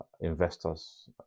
investors